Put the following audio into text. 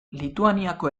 lituaniako